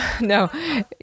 no